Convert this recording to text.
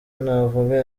ntavuga